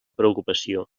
preocupació